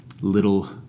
little